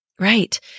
Right